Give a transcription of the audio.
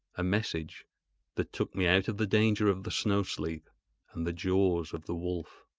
a message that took me out of the danger of the snow-sleep and the jaws of the wolf.